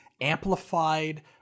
amplified